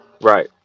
right